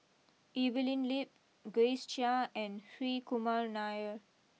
Evelyn Lip Grace Chia and Hri Kumar Nair